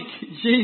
Jesus